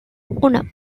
uno